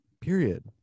Period